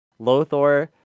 Lothor